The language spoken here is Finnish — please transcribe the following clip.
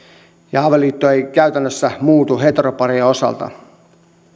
ja avioliitto ei käytännössä muutu heteroparien osalta